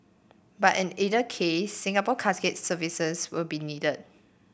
but in either case Singapore Casket's services will be needed